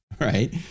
Right